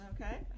Okay